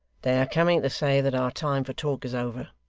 they are coming to say that our time for talk is over.